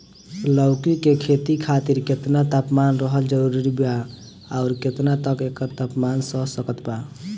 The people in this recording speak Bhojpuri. लौकी के खेती खातिर केतना तापमान रहल जरूरी बा आउर केतना तक एकर तापमान सह सकत बा?